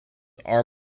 are